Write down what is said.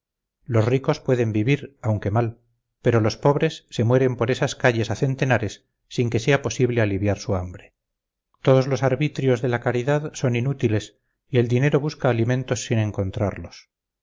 los ricos pueden vivir aunque mal pero los pobres se mueren por esas calles a centenares sin que sea posible aliviar su hambre todos los arbitrios de la caridad son inútiles y el dinero busca alimentos sin encontrarlos